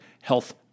health